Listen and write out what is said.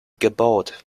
gebaut